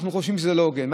אנחנו חושבים שזה לא הוגן,